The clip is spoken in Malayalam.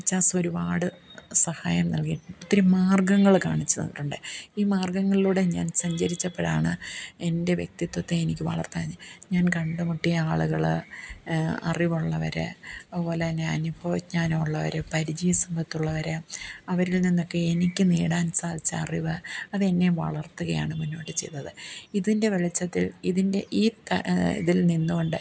ചാസൊരുപാട് സഹായം നൽകി ഒത്തിരി മാർഗ്ഗങ്ങൾ കാണിച്ചുതന്നിട്ടുണ്ട് ഈ മാർഗ്ഗങ്ങളിലൂടെ ഞാൻ സഞ്ചരിച്ചപ്പോഴാണ് എൻ്റെ വ്യക്തിത്വത്തെ എനിക്ക് വളർത്താൻ ഞാൻ കണ്ടുമുട്ടിയ ആളുകൾ അറിവുള്ളവർ അതുപോലത്തന്നെ അനുഭവജ്ഞാനമുള്ളവർ പരിചയസമ്പത്തുള്ളവർ അവരിൽ നിന്നൊക്കെ എനിക്ക് നേടാൻ സാധിച്ച അറിവ് അതെന്നെ വളർത്തുകയാണ് മുന്നോട്ട് ചെയ്തത് ഇതിൻ്റെ വെളിച്ചത്തിൽ ഇതിൻ്റെ ഈ കാ ഇതിൽ നിന്നുകൊണ്ട്